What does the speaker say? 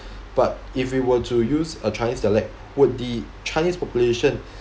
but if we were to use a chinese dialect would the chinese population